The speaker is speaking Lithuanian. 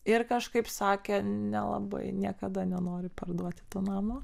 ir kažkaip sakė nelabai niekada nenori parduoti to namo